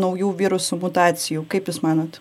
naujų virusų mutacijų kaip jūs manot